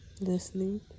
listening